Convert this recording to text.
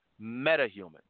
metahuman